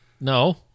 No